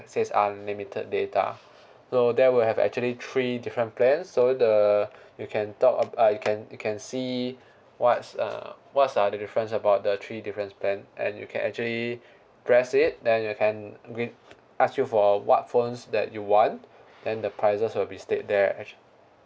says unlimited data so there will have actually three different plans so the you can top uh you can you can see what's uh what's uh the difference about the three different plan and you can actually press it then you can we ask you for what phones that you want then the prices will be state there actually